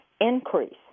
increase